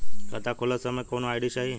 खाता खोलत समय कौन आई.डी चाही?